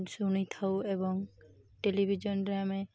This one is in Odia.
ଶୁଣିଥାଉ ଏବଂ ଟେଲିଭିଜନ୍ରେ ଆମେ